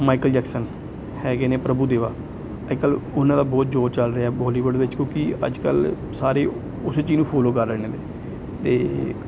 Michael Jackson ਹੈਗੇ ਨੇ ਪ੍ਰਭੂ ਦੇਵਾ ਅੱਜ ਕੱਲ੍ਹ ਉਹਨਾਂ ਦਾ ਬਹੁਤ ਜੋਰ ਚੱਲ ਰਿਹਾ ਬਾਲੀਵੁੱਡ ਵਿੱਚ ਕਿਉਂਕਿ ਅੱਜ ਕੱਲ੍ਹ ਸਾਰੇ ਉਸੇ ਚੀਜ਼ ਨੂੰ ਫੌਲੋ ਕਰ ਰਹੇ ਨੇ ਅਤੇ